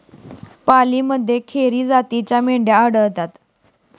पालीमध्ये खेरी जातीच्या मेंढ्या आढळतात